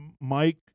Mike